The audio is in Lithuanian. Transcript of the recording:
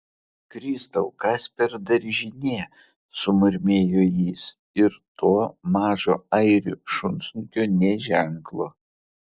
kristau kas per daržinė sumurmėjo jis ir to mažo airių šunsnukio nė ženklo